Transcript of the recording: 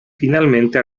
finalmente